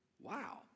Wow